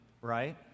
right